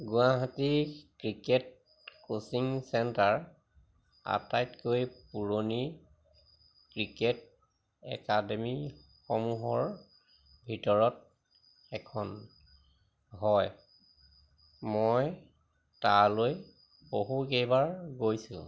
গুৱাহাটীৰ cricket coaching centre আটাইতকৈ পুৰণি ক্ৰিকেট একাডেমিসমূহৰ ভিতৰত এখন হয় মই তালৈ বহুকেইবাৰ গৈছোঁ